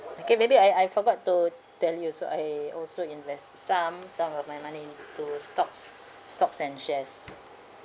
okay maybe I I forgot to tell you also I also invest s~ some some of my money to stocks stocks and shares